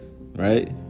right